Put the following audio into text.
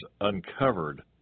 uncovered